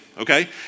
Okay